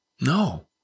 no